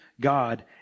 God